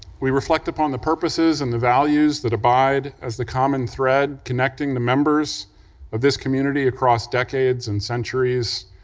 we reflect upon the purposes and the values that abide as the common thread connecting the members of this community across decades and centuries,